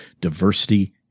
diversity